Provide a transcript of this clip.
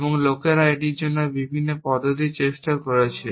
এবং বিভিন্ন লোকেরা এটির জন্য বিভিন্ন পদ্ধতির চেষ্টা করেছে